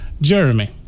Jeremy